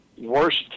Worst